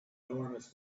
enormous